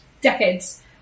Decades